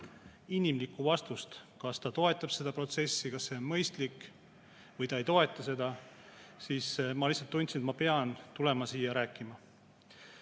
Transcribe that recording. inimlikku vastust, kas ta toetab seda protsessi, kas see on mõistlik, või ta ei toeta seda, siis ma tundsin, et ma lihtsalt pean tulema siia rääkima. Mõeldes